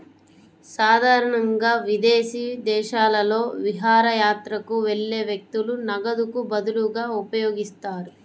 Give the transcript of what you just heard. సాధారణంగా విదేశీ దేశాలలో విహారయాత్రకు వెళ్లే వ్యక్తులు నగదుకు బదులుగా ఉపయోగిస్తారు